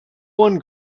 one